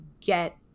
get –